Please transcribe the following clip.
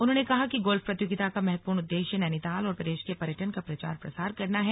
उन्होंने कहा कि गोल्फ प्रतियोगिता का महत्वपूर्ण उद्देश्य नैनीताल और प्रदेश के पर्यटन का प्रचार प्रसार करना है